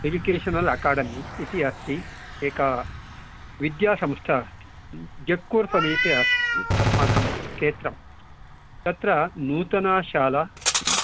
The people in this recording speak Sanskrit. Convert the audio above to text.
एजुकेशनल् अकाडमि इति अस्ति एका विद्यासंस्था अस्ति जक्कूर् समीपे अस्ति अस्माकं क्षेत्रं तत्र नूतना शाला